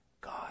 God